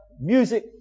music